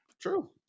true